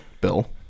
Bill